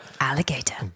Alligator